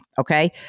okay